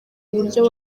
uburyo